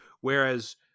Whereas